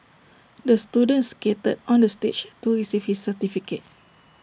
the student skated onto the stage to receive his certificate